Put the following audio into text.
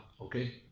okay